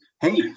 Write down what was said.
Hey